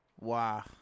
Wow